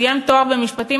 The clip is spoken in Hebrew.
שסיים תואר במשפטים,